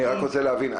אני רוצה להבין,